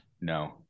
No